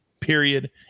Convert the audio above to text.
Period